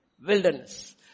wilderness